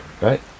right